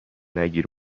نگیر